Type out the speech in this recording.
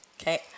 Okay